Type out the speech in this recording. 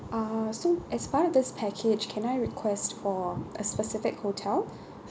uh so as part of this package can I request for a specific hotel